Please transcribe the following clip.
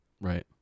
Right